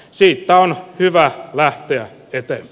siitä on hyvä lähteä että e